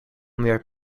miljard